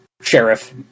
Sheriff